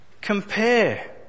compare